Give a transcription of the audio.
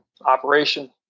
operation